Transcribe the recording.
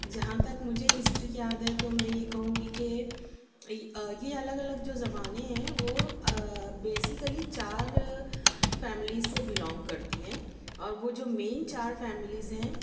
جہاں تک مجھے ہسٹری یاد ہے تو میں یہ کہوں گی کہ یہ الگ الگ جو زبانیں ہیں وہ بیسکلی چار فیملیز سے بلونگ کرتی ہیں اور وہ جو مین چار فیملیز ہیں